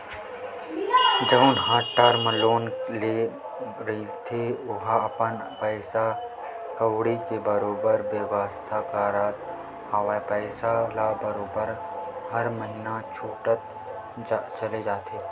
जउन ह term loan ले रहिथे ओहा अपन पइसा कउड़ी के बरोबर बेवस्था करत होय पइसा ल बरोबर हर महिना छूटत चले जाथे